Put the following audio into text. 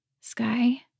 Sky